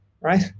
right